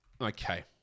Okay